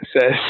says